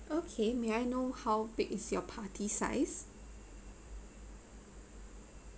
okay may I know how big is your party size